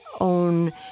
own